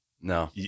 No